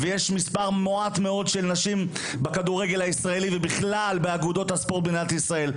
יש מעט מאוד נשים בכדורגל הישראלי ובכלל באגודות הספורט בישראל,